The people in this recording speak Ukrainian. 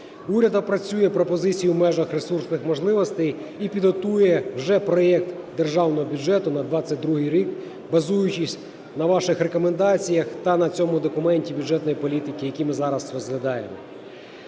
Уряд опрацює пропозиції в межах ресурсних можливостей і підготує вже проект Державного бюджету на 2022 рік, базуючись на ваших рекомендаціях та на цьому документі бюджетної політики, який ми зараз розглядаємо.